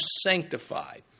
sanctified